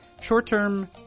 short-term